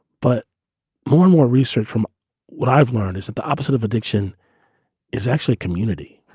but more and more research from what i've learned, is that the opposite of addiction is actually community.